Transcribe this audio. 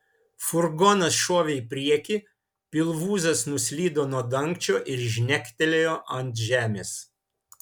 furgonas šovė į priekį pilvūzas nuslydo nuo dangčio ir žnegtelėjo ant žemės